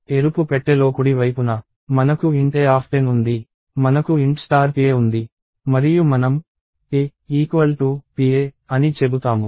ఎరుపు పెట్టెలో కుడి వైపున మనకు int a10 ఉంది మనకు int pa ఉంది మరియు మనం a pa అని చెబుతాము